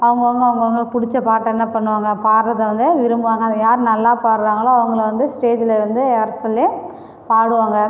அவங்கவுங்க அவங்கவுங்களுக்கு பிடிச்ச பாட்டை என்ன பண்ணுவாங்க பாடுறதை வந்து விரும்புவாங்க அதில் யார் நல்லா பாடுறாங்களோ அவங்கள வந்து ஸ்டேஜுல் வந்து வர சொல்லி பாடுவாங்கள்